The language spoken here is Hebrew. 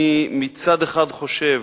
מצד אחד אני חושב,